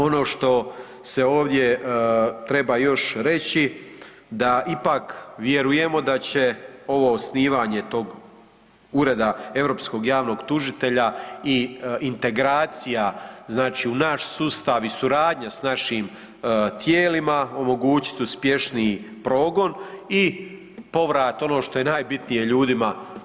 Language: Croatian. Ono što se ovdje treba još reći, da ipak vjerujemo da će ovo osnivanje tog Ureda europskog javnog tužitelja i integracija znači u naš sustav i suradnja sa našim tijelima omogućiti uspješniji progon i povrat ono što je najbitnije ljudima.